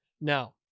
Now